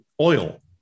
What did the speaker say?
oil